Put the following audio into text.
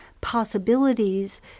possibilities